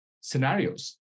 scenarios